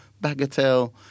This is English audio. bagatelle